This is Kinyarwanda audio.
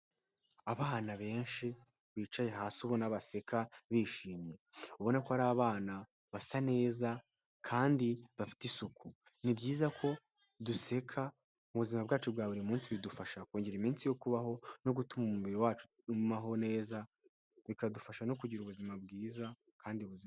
Abana benshi bicaye hasi ubona baseka bishimye, ubona ko ari abana basa neza kandi bafite isuku. Ni byiza ko duseka mu buzima bwacu bwa buri munsi bidufasha kongera iminsi yo kubaho no gutuma umubiri wacu ubaho neza, bikadufasha no kugira ubuzima bwiza kandi buzira umuze.